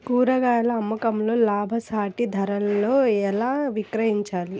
కూరగాయాల అమ్మకంలో లాభసాటి ధరలలో ఎలా విక్రయించాలి?